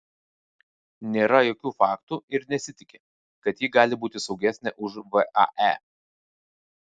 nėra jokių faktų ir nesitiki kad ji gali būti saugesnė už vae